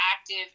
active